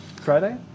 Friday